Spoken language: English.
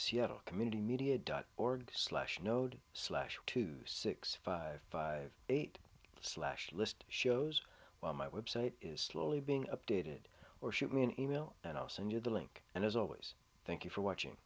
seattle community media dot org slash node slash two six five five eight slash list shows on my website is slowly being updated or shoot me an email and i'll send you the link and as always thank you for watching